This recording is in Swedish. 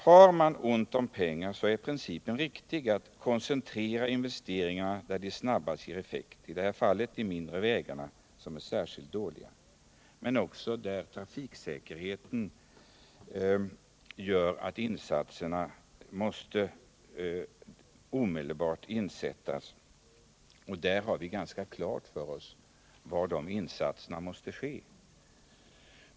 Har man ont om pengar är det i princip riktigt att koncentrera investeringarna där de snabbast ger effekt, i det här fallet på de mindre vägarna, som är särskilt dåliga, men också på områden där trafiksäkerheten fordrar omedelbara insatser — och vi har ganska klart för oss var sådana insatser måste ske.